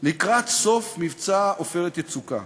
לקראת סוף מבצע "עופרת יצוקה",